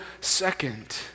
second